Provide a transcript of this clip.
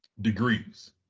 degrees